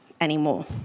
anymore